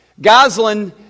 Goslin